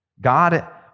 God